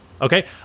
Okay